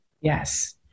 Yes